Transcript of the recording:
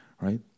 right